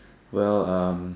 well um